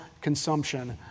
consumption